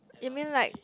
you mean like